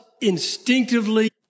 instinctively